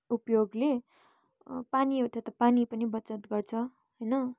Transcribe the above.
उपयोगले पानी एउटा त पानीको पनि बचत गर्छ होइन